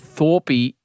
Thorpe